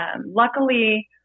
luckily